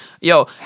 Yo